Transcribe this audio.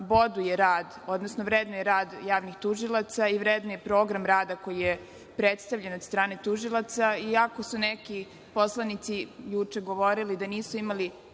boduje rad, odnosno vrednuje rad javnih tužilaca i vrednuje program rada koji je predstavljen od strane tužilaca iako su neki poslanici juče govorili da nisu imali